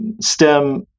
STEM